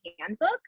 handbook